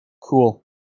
cool